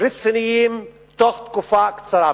רציניים בתוך תקופה קצרה.